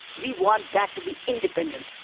we want that to be independent,